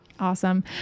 awesome